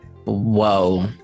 Whoa